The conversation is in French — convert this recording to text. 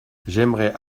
j’aimerais